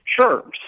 Sure